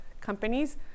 companies